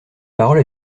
parole